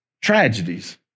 Tragedies